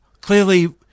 clearly